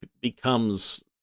becomes